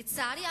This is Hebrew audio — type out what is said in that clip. לצערי,